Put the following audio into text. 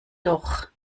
doch